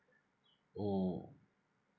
वह